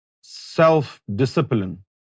self-discipline